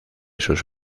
sus